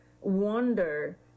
wonder